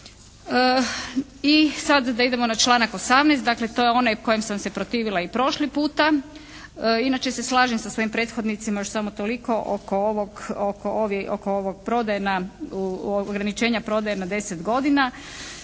I sada da idemo na članak 18. dakle to je onaj kojem sam se protivila i prošli puta. Inače se slažem sa svojim prethodnicima još samo toliko, oko ograničenja prodaje na 10 godina.